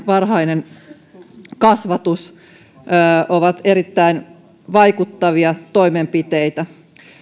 varhainen kasvatus ovat erittäin vaikuttavia toimenpiteitä